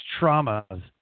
traumas